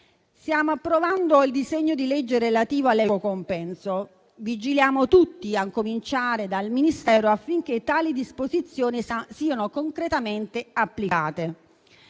Stiamo approvando il disegno di legge relativo all'equo compenso. Vigiliamo tutti, a cominciare dal Ministero, affinché tali disposizioni siano concretamente applicate,